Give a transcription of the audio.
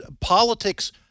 politics